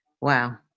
wow